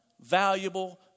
valuable